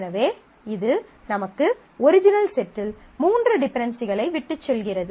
எனவே இது நமக்கு ஒரிஜினல் செட்டில் மூன்று டிபென்டென்சிகளை விட்டுச்செல்கிறது